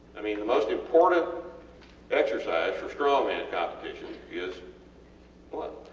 i mean the most important exercise for strong man competition is what?